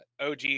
OG